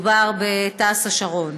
מדובר בתעש השרון.